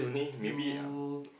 you